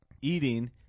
eating